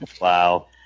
Wow